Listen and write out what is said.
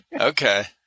Okay